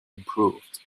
improved